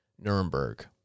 Nuremberg